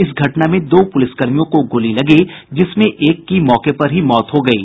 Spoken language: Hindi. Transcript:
इस घटना में दो पुलिसकर्मियों को गोली लगी जिसमें एक की मौके पर ही मौत हो गयी